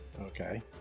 Okay